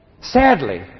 Sadly